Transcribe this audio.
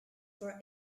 for